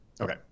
Okay